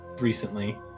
recently